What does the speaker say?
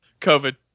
COVID